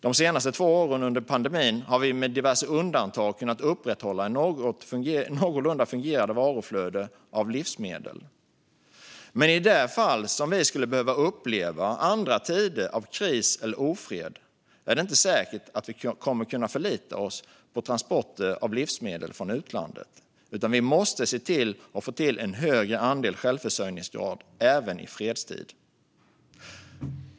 De senaste två åren under pandemin har vi med diverse undantag kunnat upprätthålla ett någorlunda fungerande varuflöde av livsmedel. Men i det fall vi skulle behöva uppleva andra tider av kris eller ofred är det inte säkert att vi kommer att kunna förlita oss på transporter av livsmedel från utlandet. Vi måste se till att få en högre andel självförsörjning även i fredstid.